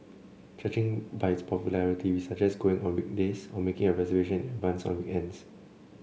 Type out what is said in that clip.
judging by its popularity we'd suggest going on weekdays or making a reservation in advance on weekends